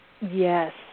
Yes